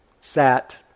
sat